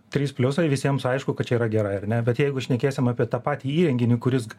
trys pliusai visiems aišku kad čia yra gerai ar ne bet jeigu šnekėsim apie tą patį įrenginį kuris